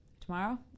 tomorrow